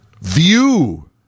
view